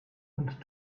und